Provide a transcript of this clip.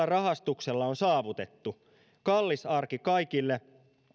rahastuksella on saavutettu kallis arki kaikille